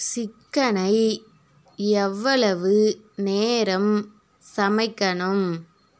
சிக்கனை எவ்வளவு நேரம் சமைக்கணும்